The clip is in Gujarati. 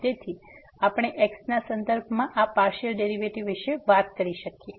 તેથી આપણે x ના સંદર્ભમાં આ પાર્સીઅલ ડેરીવેટીવ વિશે વાત કરી શકીએ છીએ